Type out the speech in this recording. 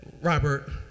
Robert